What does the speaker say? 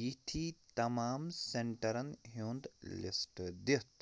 یتھۍ ہی تمام سیٚنٹرن ہُنٛد لسٹہٕ دِتھ